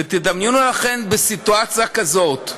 ותדמיינו לכם בסיטואציה כזאת,